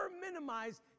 minimize